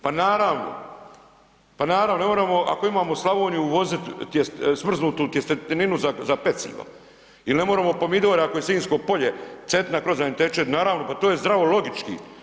Pa naravno, pa naravno ne moramo ako imamo Slavoniju uvozit smrznutu tjesteninu za pecivo i ne moramo pomidor ako je sinjsko polje, Cetina kroza nj teče pa naravno to je zdravo logički.